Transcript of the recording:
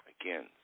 Again